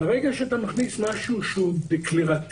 ברגע שאתה מכניס משהו שהוא דקלרטיבי,